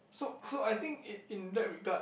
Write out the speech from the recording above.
so so I think in in that regard